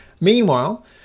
Meanwhile